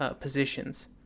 positions